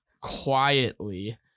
quietly